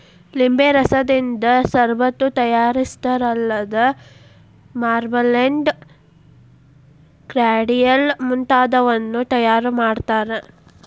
ನಿಂಬೆ ರಸದಿಂದ ಷರಬತ್ತು ತಯಾರಿಸ್ತಾರಲ್ಲದ ಮಾರ್ಮಲೆಂಡ್, ಕಾರ್ಡಿಯಲ್ ಮುಂತಾದವನ್ನೂ ತಯಾರ್ ಮಾಡ್ತಾರ